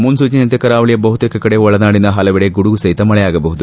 ಮುನ್ಲೂಚನೆಯಂತೆ ಕರಾವಳಿಯ ಬಹುತೇಕ ಕಡೆ ಒಳನಾಡಿನ ಹಲವೆಡೆ ಗುಡುಗು ಸಹಿತ ಮಳೆಯಾಗಬಹುದು